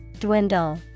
dwindle